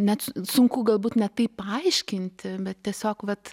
net sunku galbūt net tai paaiškinti bet tiesiog vat